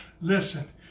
listen